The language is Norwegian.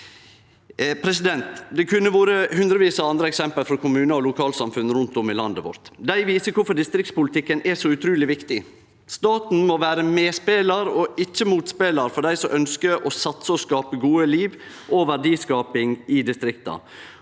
i Rindal. Det kunne ha vore hundrevis av andre eksempel frå kommunar og lokalsamfunn rundt om i landet vårt. Dei viser kvifor distriktspolitikken er så utruleg viktig. Staten må vere medspelar og ikkje motspelar for dei som ønskjer å satse og skape eit godt liv og verdiskaping i distrikta.